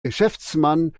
geschäftsmann